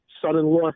son-in-law